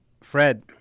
Fred